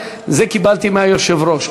את זה קיבלתי מהיושב-ראש.